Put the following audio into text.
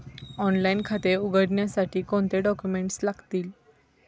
Online खाते उघडण्यासाठी कोणते डॉक्युमेंट्स लागतील?